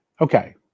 Okay